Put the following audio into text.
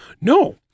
No